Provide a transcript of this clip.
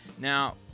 Now